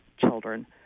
children